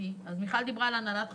מיכל דיברה על הנהלת חשבונות,